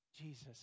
Jesus